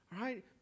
right